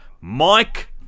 Mike